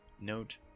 Note